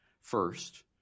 first